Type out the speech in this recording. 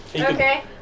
Okay